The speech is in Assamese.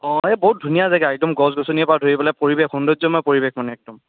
অঁ এই বহুত ধুনীয়া জেগা একদম গছ গছনিৰপৰা ধৰিবলৈ পৰিৱেশ সৌন্দৰ্যময় পৰিৱেশ মানে একদম